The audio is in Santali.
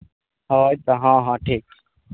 ᱦᱳᱭ ᱛᱚ ᱦᱮᱸ ᱦᱮᱸ ᱴᱷᱤᱠ